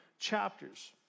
Chapters